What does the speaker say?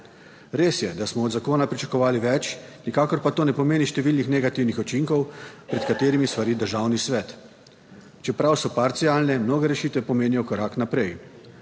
Res je, da smo od zakona pričakovali več, nikakor pa to ne pomeni številnih negativnih učinkov, pred katerimi svari Državni svet. Čeprav so parcialne, mnoge rešitve pomenijo korak naprej,